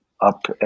up